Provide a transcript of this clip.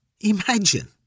imagine